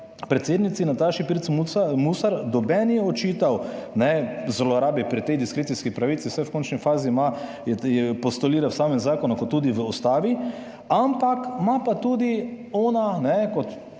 predsednici Nataši Pirc Musar, noben ni očital zlorabe pri tej diskrecijski pravici, saj v končni fazi ima, postolira v samem zakonu kot tudi v Ustavi, ampak ima pa tudi ona kot